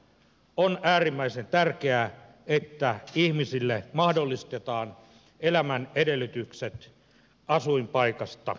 on äärimmäisen tärkeää että ihmisille mahdollistetaan elämän edellytykset asuinpaikasta riippumatta